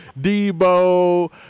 Debo